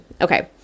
Okay